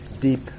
deep